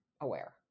aware